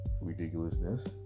Ridiculousness